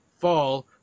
fall